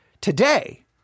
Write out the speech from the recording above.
Today